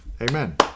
Amen